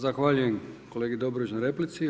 Zahvaljujem kolegi Dobroviću na replici.